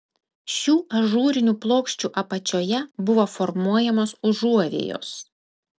šių ažūrinių plokščių apačioje buvo formuojamos užuovėjos